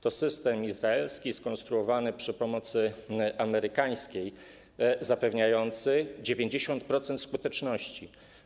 To system izraelski skonstruowany przy pomocy amerykańskiej, zapewniający 90% skuteczności.